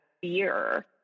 fear